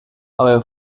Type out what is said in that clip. але